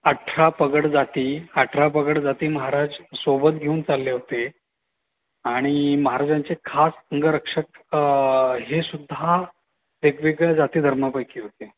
अठरा पगड जाती अठरा पगड जाती महाराज सोबत घेऊन चालले होते आणि महाराजांचे खास अंगरक्षक हे सुद्धा वेगवेगळ्या जाती धर्मापैकी होते